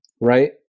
right